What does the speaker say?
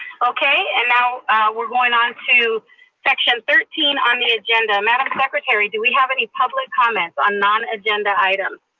okay. and now we're going on to section thirteen on the agenda. madam secretary, do we have any public comments on non agenda items?